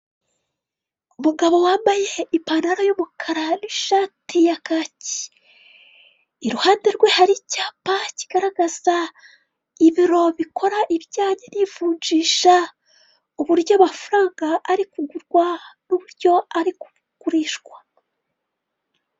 Umugabo wambaye ipantaro y'umukara n'ishati ya kake. Iruhande rwe hari icyapa kigaragaza ibiro bikora ibijyanye n'ivunjisha, uburyo amafaranga ari kugurwa n'uburyo ari kugurishwa.